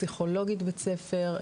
פסיכולוגית בית ספר,